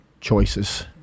choices